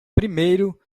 primeiro